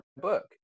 book